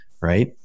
right